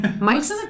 Mike's